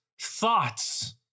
thoughts